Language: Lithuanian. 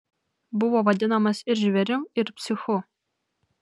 buvo vadinamas ir žvėrim ir psichu